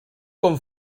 com